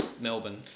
Melbourne